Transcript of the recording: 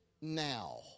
now